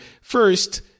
first